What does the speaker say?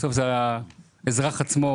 בסוף זה על האזרח עצמו,